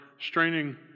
straining